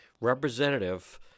representative